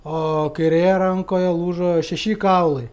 o kairėje rankoje lūžo šeši kaulai